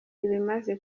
ibimaze